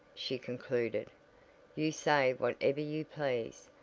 she concluded you say whatever you please,